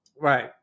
Right